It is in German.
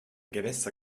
gewässer